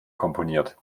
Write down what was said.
komponiert